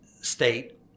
state